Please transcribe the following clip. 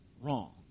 Wrong